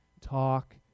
talk